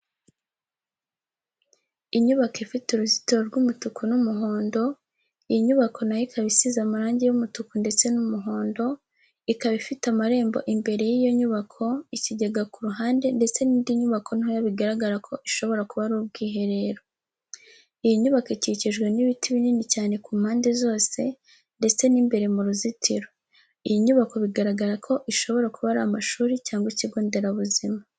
Inyubako ifite uruzitiro rw'umutuku n'umuhondo, iyi nyubako na yo ikaba isize amarangi y'umutuku ndetse n'umuhondo, ikaba ifite amarembo imbere y'iyo nyubako, ikigega ku ruhande ndetse n'indi nyubako ntoya bigaragara ko ishobora kuba ari ubwiherero. Iyi nyubako ikikijwe n'ibiti binini cyane ku mpande zose ndetse ni mbere mu ruzitiro. Iyi nyubako bigaragara ko ishobora kuba ari amashuri cyangwa ikigo nderabuzima.